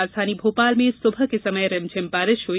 राजधानी भोपाल में सुबह के समय रिमझिम बारिश हुई